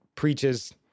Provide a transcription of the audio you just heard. preaches